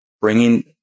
bringing